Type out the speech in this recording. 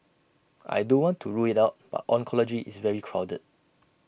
I don't want to rule IT out but oncology is very crowded